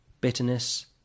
Bitterness